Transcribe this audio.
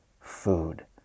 food